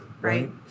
Right